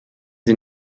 sie